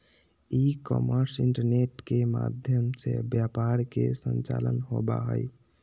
ई commerce internet के माध्यम से व्यापार के संचालन होबा हइ